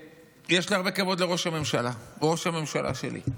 יש לי הרבה כבוד לראש הממשלה, הוא ראש הממשלה שלי,